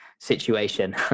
Situation